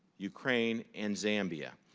ukraine, and zambia.